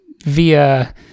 via